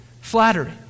flattery